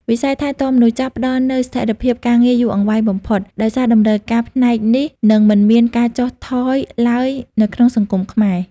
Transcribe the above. វិស័យថែទាំមនុស្សចាស់ផ្តល់នូវស្ថិរភាពការងារយូរអង្វែងបំផុត ដោយសារតម្រូវការផ្នែកនេះនឹងមិនមានការចុះថយឡើយនៅក្នុងសង្គមខ្មែរ។